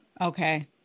Okay